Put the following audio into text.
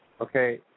Okay